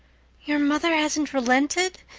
your mother hasn't relented?